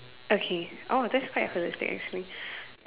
okay oh that's quite holistic actually